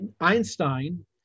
Einstein